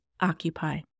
occupy